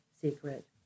secret